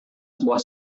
sebuah